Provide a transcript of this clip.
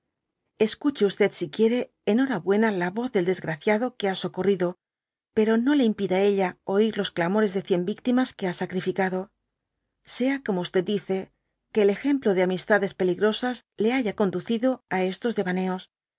escuche si quiere dby google enhorabuena la yoz del desgraciado que ha socorrido pero no le impida ella oír los clamores de cien victimas que ha sacrificado sea como dice que el ejemplo de amistades peligrosas le haya conducido á estos desyaneos